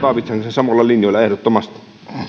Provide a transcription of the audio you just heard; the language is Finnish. samoilla linjoilla ehdottomasti